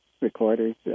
recorders